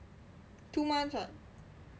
two months what